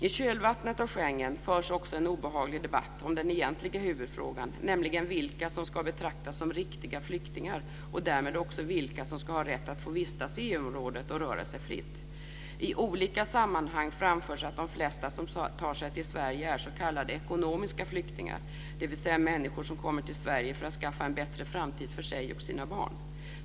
I kölvattnet av Schengen förs också en obehaglig debatt om den egentliga huvudfrågan, nämligen vilka som ska betraktas som "riktiga" flyktingar och därmed också vilka som ska ha rätt att få vistas i EU området och röra sig fritt. I olika sammanhang framförs att de flesta som tar sig till Sverige är "ekonomiska" flyktingar, dvs. människor som kommer till Sverige för att skaffa en bättre framtid för sig och sina barn.